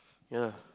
yeah lah